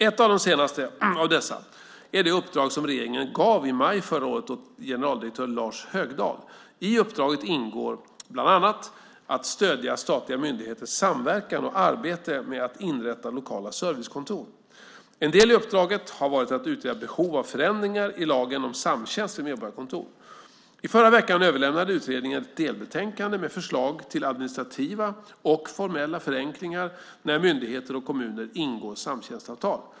Ett av de senaste av dessa är det uppdrag som regeringen gav i maj förra året till generaldirektör Lars Högdahl. I uppdraget ingår bland annat att stödja statliga myndigheters samverkan och arbete med att inrätta lokala servicekontor. En del i uppdraget har varit att utreda behov av förändringar i lagen om samtjänst vid medborgarkontor. I förra veckan överlämnade utredningen ett delbetänkande med förslag till administrativa och formella förenklingar när myndigheter och kommuner ingår samtjänstavtal.